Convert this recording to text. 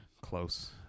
close